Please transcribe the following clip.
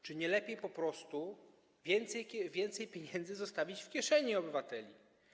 Czy nie lepiej po prostu więcej pieniędzy zostawić w kieszeni obywateli?